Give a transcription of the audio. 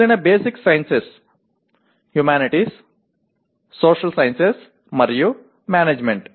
మిగిలినవి basic sciences humanities social sciences మరియు management